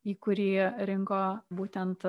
į kurie rinko būtent